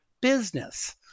business